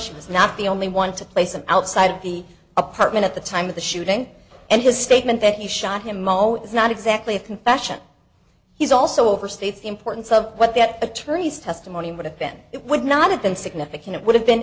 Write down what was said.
conscience not the only one to place him outside the apartment at the time of the shooting and his statement that he shot him zero is not exactly a confession he's also overstates the importance of what that attorney's testimony would have been it would not have been significant it would have been